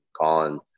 Colin